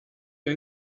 der